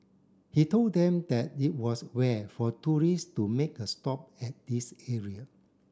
he told them that it was rare for tourist to make a stop at this area